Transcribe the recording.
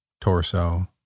torso